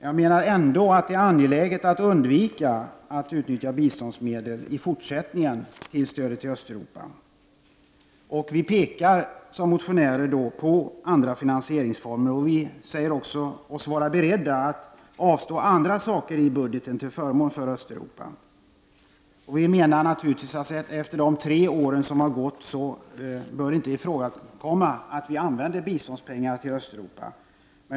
Jag menar ändå att det är angeläget att i fortsättningen undvika att utnyttja biståndsmedel för stödet till Östeuropa. Som motionärer pekar vi på andra finansieringsformer, och vi säger oss också vara beredda att avstå från andra saker i budgeten till förmån för Östeuropa. Efter det att de tre åren har gått menar vi att det inte bör komma i fråga att man använder biståndsmedel till Östeuropa.